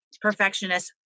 perfectionist